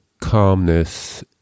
calmness